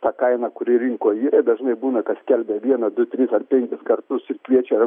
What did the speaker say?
tą kainą kuri rinkoj yra ir dažnai būna kad skelbia vieną du tris ar penkis kartus ir kviečia